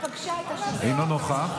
חבר הכנסת מתן כהנא, אינו נוכח,